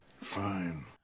Fine